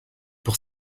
pour